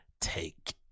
take